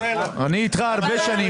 אני איתך הרבה שנים,